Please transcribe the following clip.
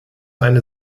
eine